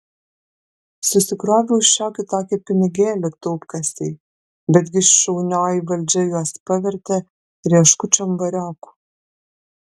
susikroviau šiokį tokį pinigėlį taupkasėj bet gi šaunioji valdžia juos pavertė rieškučiom variokų